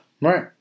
right